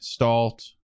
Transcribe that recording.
Stalt